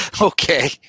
Okay